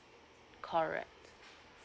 correct